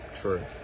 true